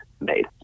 made